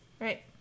Right